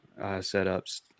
setups